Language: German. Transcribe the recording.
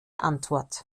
antwort